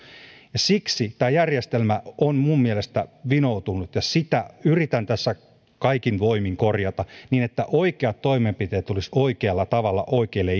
siksi tämä järjestelmä on mielestäni vinoutunut ja sitä yritän tässä kaikin voimin korjata niin että oikeat toimenpiteet tulisivat oikealla tavalla oikeille